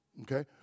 Okay